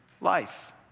life